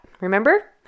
Remember